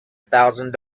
thousand